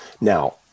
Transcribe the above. Now